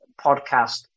podcast